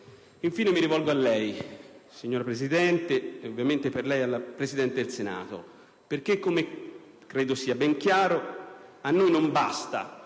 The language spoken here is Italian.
Concludo rivolgendomi a lei, signora Presidente, e tramite lei al Presidente del Senato perché, come credo sia ben chiaro, a noi non basta